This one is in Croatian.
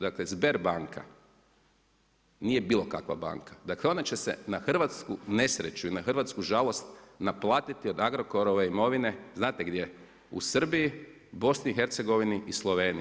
Dakle, Sber banka nije bilo kakva banka, dakle, ona će se na hrvatsku nesreću ili na hrvatsku žalost naplatiti od Agrokorove imovine, znate gdje, u Srbiji, BIH, i Sloveniji.